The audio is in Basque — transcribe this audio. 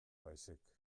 baizik